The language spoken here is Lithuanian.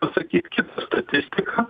pasakyt kitą statistiką